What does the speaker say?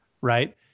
right